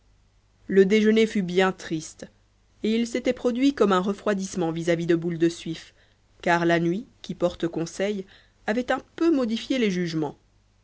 le déjeuner fut bien triste et il s'était produit comme un refroidissement vis-à-vis de boule de suif car la nuit qui porte conseil avait un peu modifié les jugements